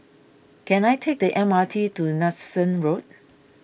can I take the M R T to Nanson Road